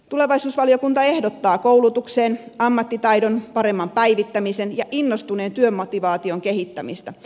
tulevaisuusvaliokunta ehdottaa koulutuksen ammattitaidon paremman päivittämisen ja innostuneen työmotivaation kehittämistä